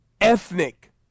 ethnic